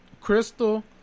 Crystal